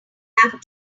have